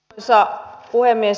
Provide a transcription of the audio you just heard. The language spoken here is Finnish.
arvoisa puhemies